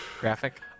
graphic